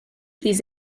these